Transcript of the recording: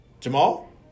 Jamal